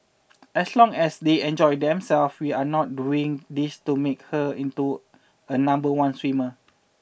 as long as they enjoy themselves we are not doing this to make her into a number one swimmer